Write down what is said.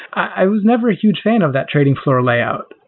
i was never a huge fan of that trading floor layout.